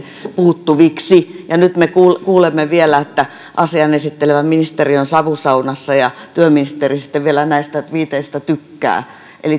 puuttuviksi ja nyt me kuulemme vielä että asian esittelevä ministeri on savusaunassa ja työministeri sitten vielä näistä tviiteistä tykkää